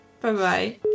Bye-bye